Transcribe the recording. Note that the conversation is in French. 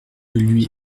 lui